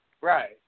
Right